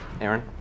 Aaron